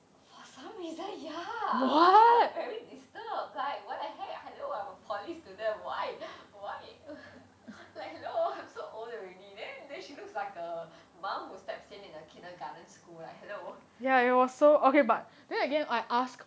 for some reason ya which I'm very disturbed like what the heck hello I'm a poly student why why like hello I'm so old already then then she looks like a mom who steps in a kindergarten school lah hello